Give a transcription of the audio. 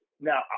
now